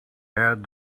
add